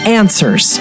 answers